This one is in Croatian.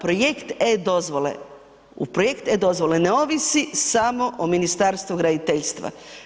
Projekt eDozvole u projekt eDozvole ne ovisi samo o Ministarstvu graditeljstva.